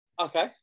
Okay